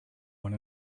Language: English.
one